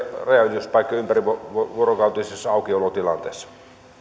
rajanylityspaikkojen ympärivuorokautisessa aukiolotilanteessa